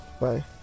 bye